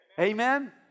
Amen